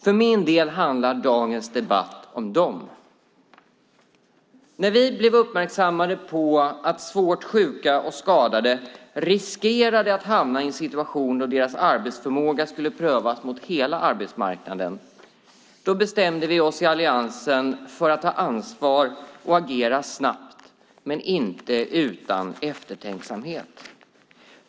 För min del handlar dagens debatt om dem. När vi blev uppmärksammade på att svårt sjuka och skadade riskerade att hamna i en situation då deras arbetsförmåga skulle prövas mot hela arbetsmarknaden bestämde vi i alliansen oss för att ta ansvar och agera snabbt, men inte utan eftertänksamhet.